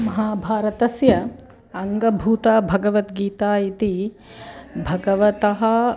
महाभारतस्य अङ्गीभूता भगवद्गीता इति भगवतः